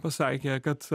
pasakė kad